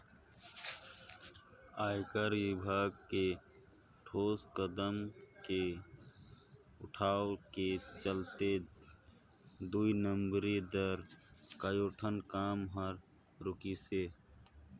आयकर विभाग के ठोस कदम के उठाव के चलते दुई नंबरी दार कयोठन काम हर रूकिसे